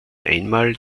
einmal